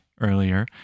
earlier